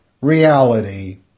reality